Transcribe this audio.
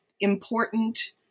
important